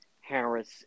Harris